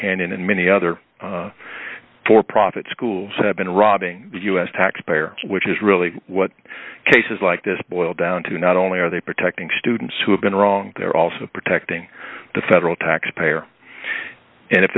canyon and many other for profit schools have been robbing us taxpayer which is really what cases like this boil down to not only are they protecting students who have been wronged they're also protecting the federal taxpayer and if